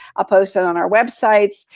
ah post it on our websites,